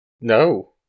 No